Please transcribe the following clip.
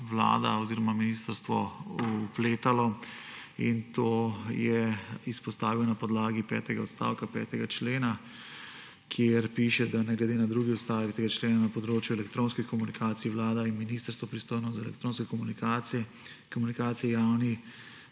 vlada oziroma ministrstvo vpletalo. To je izpostavil na podlagi petega odstavka 5. člena, kjer piše, da ne glede na drugi odstavek tega člena na področju elektronskih komunikacij vlada in ministrstvo, pristojno za elektronske komunikacije, javni